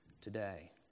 today